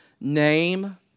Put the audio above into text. name